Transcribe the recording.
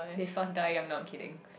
they fast die young no I'm kidding